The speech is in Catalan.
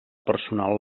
personal